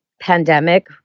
pandemic